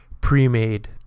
pre-made